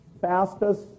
fastest